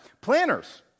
planners